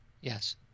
Yes